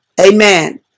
Amen